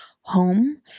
home